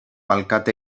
alkate